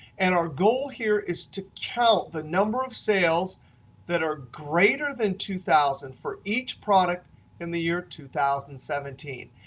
and our goal here is to count the number of sales that are greater than two thousand for each product in the year two thousand and seventeen.